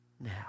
now